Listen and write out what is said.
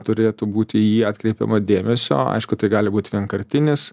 turėtų būti į jį atkreipiama dėmesio aišku tai gali būt vienkartinis